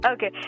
Okay